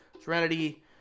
Serenity